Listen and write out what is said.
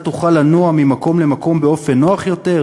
תוכל לנוע ממקום למקום באופן נוח יותר,